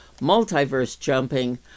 multiverse-jumping